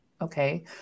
Okay